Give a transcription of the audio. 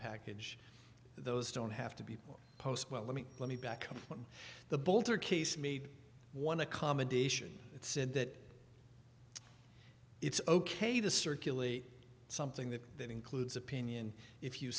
package those don't have to be post well let me let me back up when the bolter case made one accommodation it said that it's ok to circulate something that that includes opinion if you